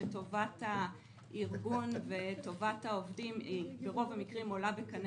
שטובת הארגון וטובת העובדים היא ברוב המקרים עולה בקנה